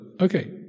okay